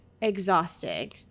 exhausting